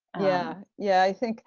yeah, yeah. i think